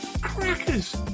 Crackers